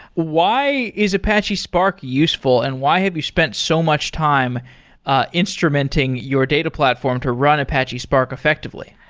why is apache spark useful and why have you spent so much time ah instrumenting your data platform to run apache spark effectively